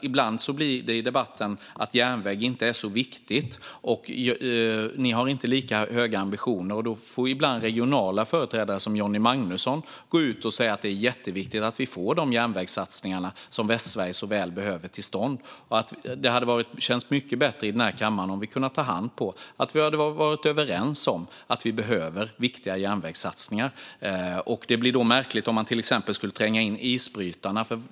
Ibland låter det i debatten som om järnväg inte är särskilt viktigt. Ni har inte lika höga ambitioner. Ibland får regionala företrädare, till exempel Johnny Magnusson, gå ut och säga att det är jätteviktigt att de järnvägssatsningar som Västsverige så väl behöver kommer till stånd. Det hade känts mycket bättre om vi här i kammaren hade kunnat ta i hand och varit överens om att vi behöver viktiga järnvägssatsningar. Det vore märkligt om man då trängde in isbrytarna i detta.